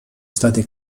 state